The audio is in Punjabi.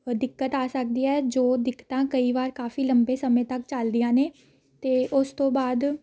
ਦਿੱਕਤ ਆ ਸਕਦੀ ਹੈ ਜੋ ਦਿੱਕਤਾਂ ਕਈ ਵਾਰ ਕਾਫ਼ੀ ਲੰਬੇ ਸਮੇਂ ਤੱਕ ਚੱਲਦੀਆਂ ਨੇ ਅਤੇ ਉਸ ਤੋਂ ਬਾਅਦ